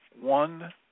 one